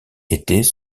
était